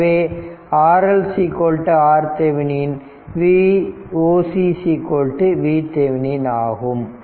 எனவே RL RThevenin Voc VThevenin ஆகும்